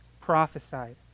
prophesied